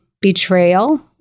betrayal